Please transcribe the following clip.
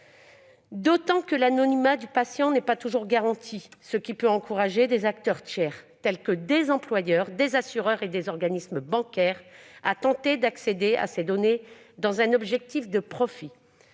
outre, l'anonymat du patient n'est pas toujours garanti, ce qui peut encourager des acteurs tiers, tels que des employeurs, des assureurs ou des organismes bancaires, à tenter d'accéder à ces données dans l'objectif de réaliser